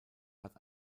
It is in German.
hat